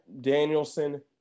Danielson